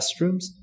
restrooms